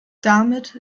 damit